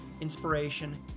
inspiration